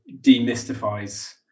demystifies